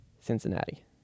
Cincinnati